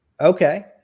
Okay